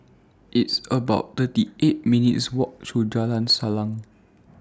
It's about thirty eight minutes' Walk to Jalan Salang